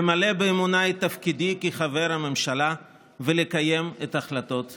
למלא באמונה את תפקידי כחברת הממשלה ולקיים את החלטות הכנסת.